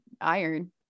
iron